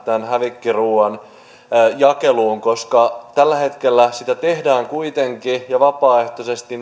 tämän hävikkiruuan jakeluun tällä hetkellä koska tällä hetkellä sitä tehdään kuitenkin jo vapaaehtoisesti